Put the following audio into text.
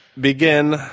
Begin